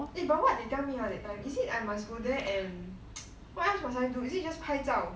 eh but what they tell ah that time is it I must go there and what else must I do is it just 拍照